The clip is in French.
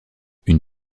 une